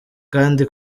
kandi